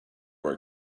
were